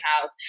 House